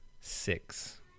six